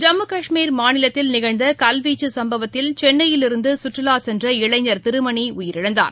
ஜம்மு கஷ்மீர் மாநிலத்தில் நிகழ்ந்த கல்வீச்சு சம்பவத்தில் சென்னையிலிருந்து சுற்றுவா சென்ற இளைஞர் திருமணி உயிரிழந்தார்